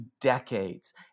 decades